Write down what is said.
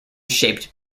shaped